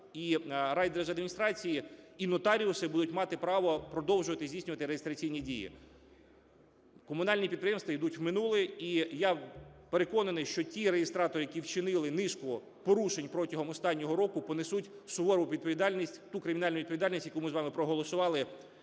і райдержадміністрації і нотаріуси будуть мати право продовжувати здійснювати реєстраційні дії. Комунальні підприємства ідуть в минуле. І я переконаний, що ті реєстратори, які вчинили низку порушень протягом останнього року, понесуть сувору відповідальність, ту кримінальну відповідальність, яку ми з вами проголосували